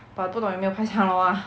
but 不懂有没有排长龙 lah